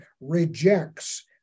rejects